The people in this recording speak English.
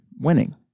winning